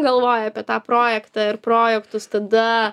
galvoji apie tą projektą ir projektus tada